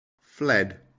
fled